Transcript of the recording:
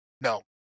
No